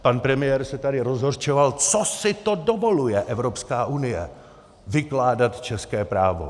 Pan premiér se tady rozhořčoval: Co si to dovoluje Evropská unie, vykládat české právo!